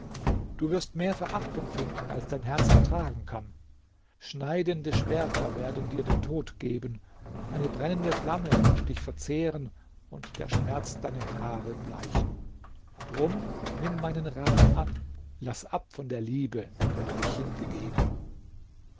du wirst mehr verachtung finden als dein herz ertragen kann schneidende schwerter werden dir den tod geben eine brennende flamme wird dich verzehren und der schmerz deine haare bleichen drum nimm meinen rat an laß ab von der liebe der du dich hingegeben